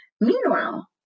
Meanwhile